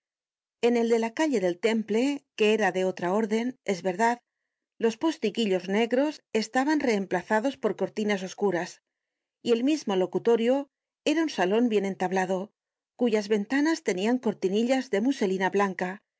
en el de la calle del temple que era de otra orden es verdad los postiguillos negros estaban reemplazados por cortinas oscuras y el mismo locutorio era un salon bien entablado cuyas ventanas tenían cortinillas de muselina blanca y